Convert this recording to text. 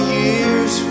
years